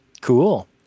Cool